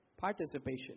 participation